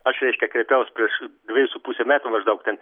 aš reiškia kreipiaus prieš dvejus su puse metų maždaug ten